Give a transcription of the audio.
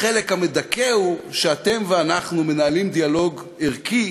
החלק המדכא הוא שאתם ואנחנו מנהלים דיאלוג ערכי